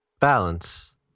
Balance